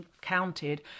counted